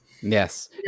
yes